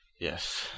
Yes